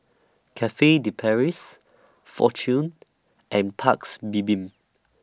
Cafe De Paris Fortune and Paik's Bibim